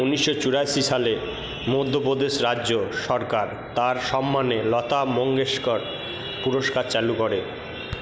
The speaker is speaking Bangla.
ঊনিশশো চুরাশি সালে মধ্য প্রদেশ রাজ্য সরকার তাঁর সম্মানে লতা মঙ্গেশকর পুরস্কার চালু করে